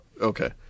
Okay